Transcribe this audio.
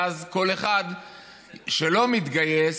ואז כל אחד שלא מתגייס,